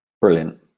Brilliant